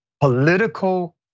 political